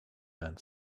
and